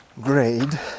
grade